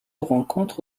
rencontre